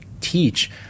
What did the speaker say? teach